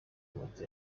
moto